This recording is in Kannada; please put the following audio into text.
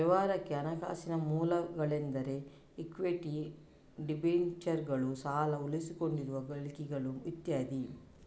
ವ್ಯವಹಾರಕ್ಕೆ ಹಣಕಾಸಿನ ಮೂಲಗಳೆಂದರೆ ಇಕ್ವಿಟಿ, ಡಿಬೆಂಚರುಗಳು, ಸಾಲ, ಉಳಿಸಿಕೊಂಡಿರುವ ಗಳಿಕೆಗಳು ಇತ್ಯಾದಿ